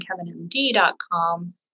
KevinMD.com